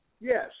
Yes